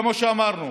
כמו שאמרנו,